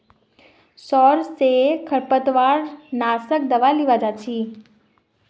शहर स खरपतवार नाशक दावा लीबा जा छि